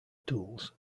tools